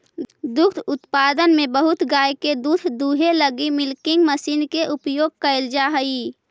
दुग्ध उत्पादन में बहुत गाय के दूध दूहे लगी मिल्किंग मशीन के उपयोग कैल जा हई